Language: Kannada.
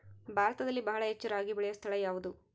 ಭಾರತದಲ್ಲಿ ಬಹಳ ಹೆಚ್ಚು ರಾಗಿ ಬೆಳೆಯೋ ಸ್ಥಳ ಯಾವುದು?